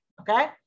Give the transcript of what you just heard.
okay